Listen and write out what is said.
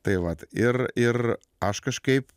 tai vat ir ir aš kažkaip